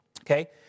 Okay